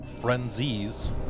frenzies